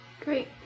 Great